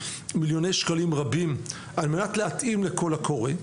מיליוני שקלים רבים על-מנת להתאים לקול הקורא,